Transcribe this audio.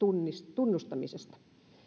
tunnustamisesta